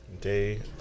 Day